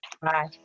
Bye